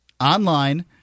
online